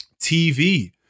TV